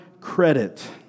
credit